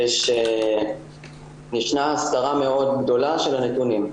זה שישנה הסתרה מאוד גדולה של הנתונים,